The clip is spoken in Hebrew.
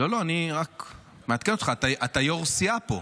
----- אני רק מעדכן אותך, אתה יו"ר סיעה פה,